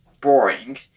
boring